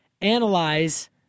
analyze